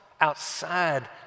outside